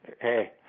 hey